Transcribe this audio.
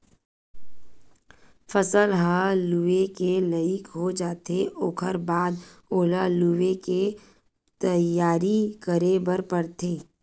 फसल ह लूए के लइक हो जाथे ओखर बाद ओला लुवे के तइयारी करे बर परथे